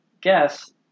guess